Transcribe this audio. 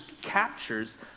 captures